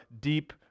deep